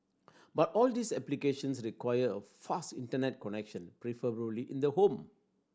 but all these applications require a fast Internet connection preferably in the home